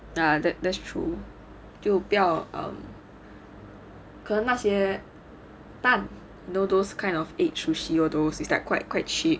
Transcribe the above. ya that that's true 就不要 um 可能那些蛋 you know those kind of egg sushi all those is like quite quite cheap